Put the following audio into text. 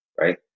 right